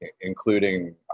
including